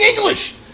English